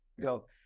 go